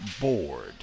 bored